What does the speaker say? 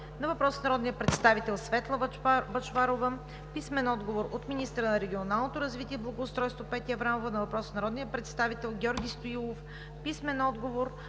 Писмени отговори